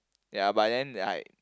ya but then like